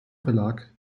verlag